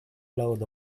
load